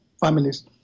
families